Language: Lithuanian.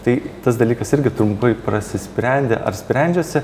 tai tas dalykas irgi trumpai prasisprendė ar sprendžiasi